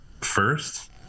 first